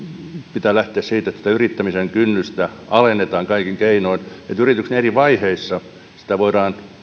pitää lähteä siitä että yrittämisen kynnystä alennetaan kaikin keinoin että yrityksen eri vaiheissa sitä voidaan